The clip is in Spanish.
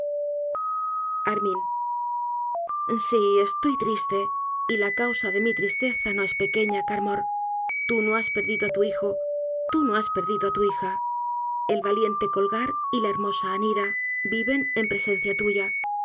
armin sí estoy triste y la causa de mi tristeza no es pequeña carmor tú no has perdido á tu hijo tú no has perdido á tu hija el valiente colgar y la hermosa anira viven en presencia tuya